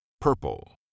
Purple